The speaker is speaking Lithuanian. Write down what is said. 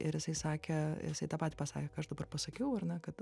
ir jisai sakė jisai tą patį pasakė ką aš dabar pasakiau ar ne kad